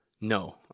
No